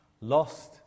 Lost